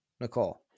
Nicole